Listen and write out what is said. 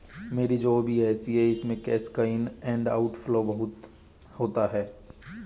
मेरी जॉब ही ऐसी है कि इसमें कैश का इन एंड आउट फ्लो बहुत होता है